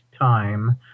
time